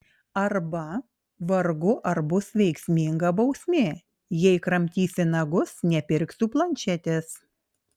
arba vargu ar bus veiksminga bausmė jei kramtysi nagus nepirksiu planšetės